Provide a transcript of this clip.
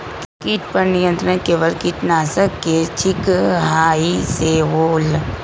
किट पर नियंत्रण केवल किटनाशक के छिंगहाई से होल?